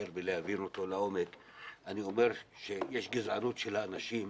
ולהבהיר אותו לעומק אני אומר שיש גזענות של האנשים,